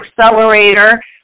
accelerator